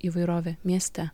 įvairove mieste